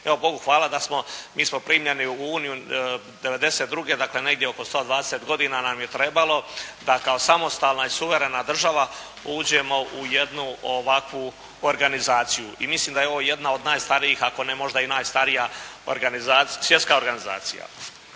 Evo Bogu hvala, mi smo primljeni u Uniju '92. dakle, negdje oko 120 godina nam je trebalo, da kao samostalna i suverena država uđemo u jednu ovakvu organizaciju. I mislim da je ovo jedna od najstarijih, ako ne možda i najstarija svjetska organizacija.